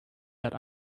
that